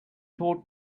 taught